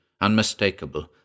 unmistakable